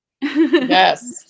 Yes